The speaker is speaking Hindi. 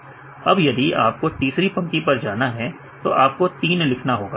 अब यदि आपको तीसरी पंक्ति पर जाना है तो आपको 3 डालना होगा